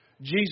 Jesus